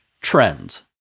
trends